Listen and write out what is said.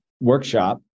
workshop